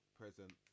present